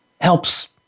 helps